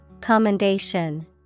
Commendation